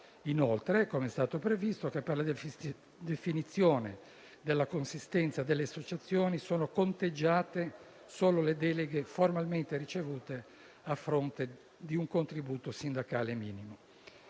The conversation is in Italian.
Inoltre, è previsto che, per la definizione della consistenza delle associazioni, siano conteggiate solo le deleghe formalmente ricevute a fronte di un contributo sindacale minimo.